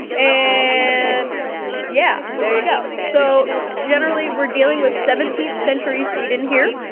and and yeah, there you go. so generally we're dealing with seventeenth century sweden here,